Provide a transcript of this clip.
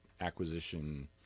acquisition